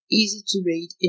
easy-to-read